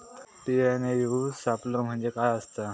TNAU सापलो म्हणजे काय असतां?